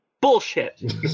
Bullshit